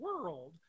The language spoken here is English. world